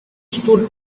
stood